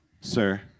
Sir